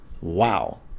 Wow